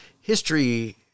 history